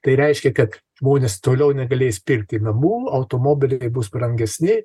tai reiškia kad žmonės toliau negalės pirkti namų automobiliai bus brangesni